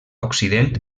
occident